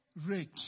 rich